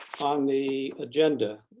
on the agenda,